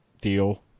deal